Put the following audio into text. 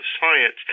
science